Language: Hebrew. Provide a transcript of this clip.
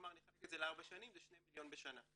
לחלק לארבע שנים זה 2 מיליון בשנה.